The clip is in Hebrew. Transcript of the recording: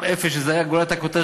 זה הכול,